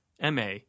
MA